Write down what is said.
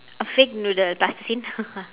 a fake noodle plastercine